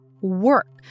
work